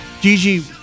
Gigi